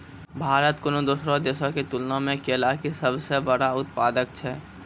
भारत कोनो दोसरो देशो के तुलना मे केला के सभ से बड़का उत्पादक छै